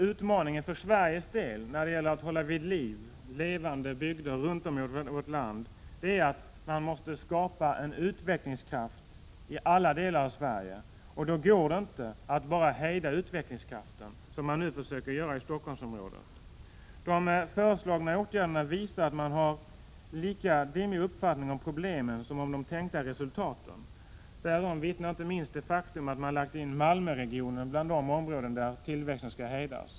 Utmaningen för Sveriges del när det gäller att hålla vid liv levande bygder runt om i vårt land ligger i att man måste skapa en utvecklingskraft i alla delar av Sverige. Det går bara inte att hejda utvecklingskraften, som man nu försöker göra i Stockholmsområdet. De föreslagna åtgärderna visar att man har lika dimmig uppfattning om problemen som om de tänkta resultaten. Därom vittnar inte minst det faktum att man lagt in Malmöregionen bland de områden där tillväxten skall hejdas.